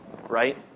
right